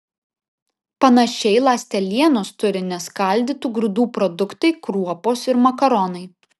panašiai ląstelienos turi neskaldytų grūdų produktai kruopos ir makaronai